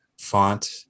font